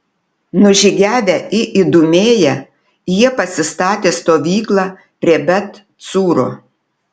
nužygiavę į idumėją jie pasistatė stovyklą prie bet cūro